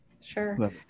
Sure